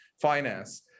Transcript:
finance